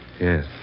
Yes